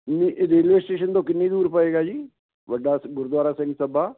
ਇਹ railway station ਤੋਂ ਕਿੰਨੀ ਦੂਰ ਪਏਗਾ ਜੀ ਵੱਡਾ ਗੁਰਦੁਆਰਾ ਸਿੰਘ ਸਭਾ